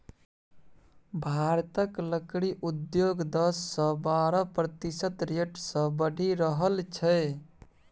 भारतक लकड़ी उद्योग दस सँ बारह प्रतिशत रेट सँ बढ़ि रहल छै